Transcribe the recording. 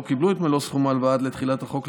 קיבלו את מלוא סכום ההלוואה עד לתחילתו של החוק,